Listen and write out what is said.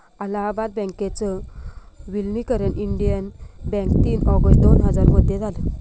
अलाहाबाद बँकेच विलनीकरण Indian bank तीन ऑगस्ट दोन हजार मध्ये झालं